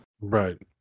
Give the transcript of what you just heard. Right